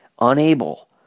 unable